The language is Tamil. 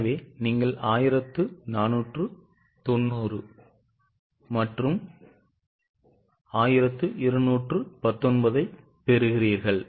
எனவே நீங்கள் 1490 மற்றும் 1219 ஐப் பெறுகிறீர்கள்